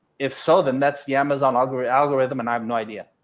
if so then that's the amazon algorithm algorithm. and i have no idea.